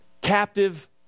captive